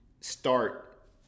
start